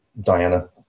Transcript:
Diana